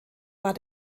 war